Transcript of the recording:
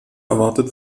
erwartet